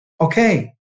okay